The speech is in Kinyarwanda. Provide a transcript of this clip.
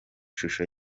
ishusho